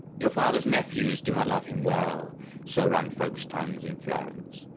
your father's nephews do not love him well so run folks' tongues in florence.